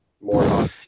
More